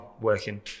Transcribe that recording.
working